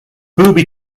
booby